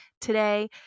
today